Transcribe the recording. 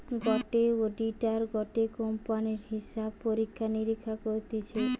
গটে অডিটার গটে কোম্পানির হিসাব পরীক্ষা নিরীক্ষা করতিছে